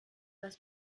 das